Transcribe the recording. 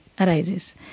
arises